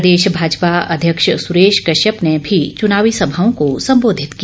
प्रदेश भाजपा अध्यक्ष सुरेश कश्यप ने भी चुनावी सभाओं को संबोधित किया